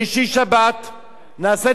נעשה את הברית-מילה כמו שצריך,